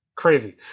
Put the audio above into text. crazy